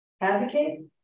advocate